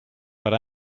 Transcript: but